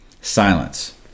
silence